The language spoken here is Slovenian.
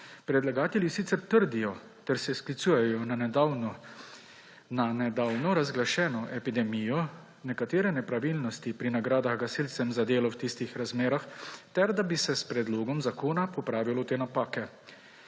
Predlagatelji sicer trdijo ter se sklicujejo na nedavno razglašeno epidemijo, na nekatere nepravilnosti pri nagradah gasilcem za delo v tistih razmerah ter da bi se s predlogom zakona popravilo te napake.